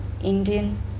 Indian